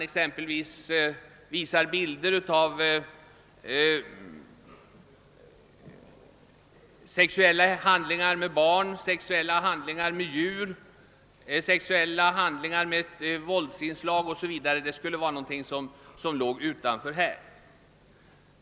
Exempelvis skulle vissa bilder av sexuella handlingar med barn, sexuella handlingar med djur, och sexuella handlingar med våldsinslag inte få förekomma.